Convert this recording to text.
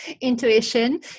Intuition